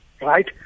right